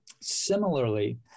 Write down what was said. Similarly